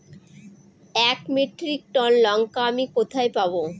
এক metric ton লঙ্কা আমি কোথায় পাবো?